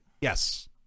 Yes